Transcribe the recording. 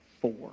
four